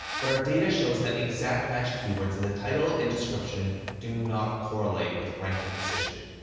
but our data shows that exact-match keywords in the title and description do not correlate with ranking position.